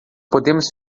podemos